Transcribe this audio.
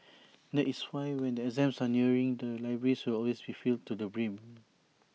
that is why when the exams are nearing the libraries will always be filled to the brim